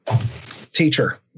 teacher